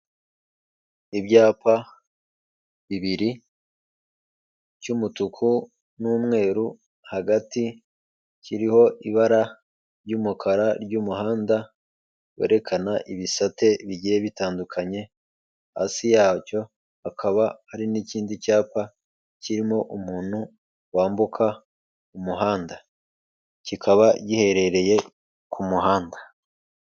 Ibyapa bibiri cy'umutuku n'umweru hagati kiriho ibara ry'umukara, ry'umuhanda werekana ibisate bigiye bitandukanye hasi yacyo hakaba hari n'ikindi cyapa kirimo umuntu wambuka umuhanda kikaba giherereye ku muhanda.